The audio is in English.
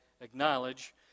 acknowledge